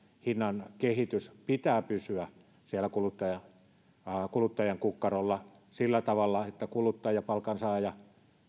hinnan kehityksen pitää pysyä siellä kuluttajan kukkarolla sellaisena että kuluttaja palkansaaja